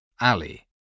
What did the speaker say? Alley